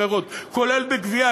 כולל בגבייה,